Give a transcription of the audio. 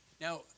Now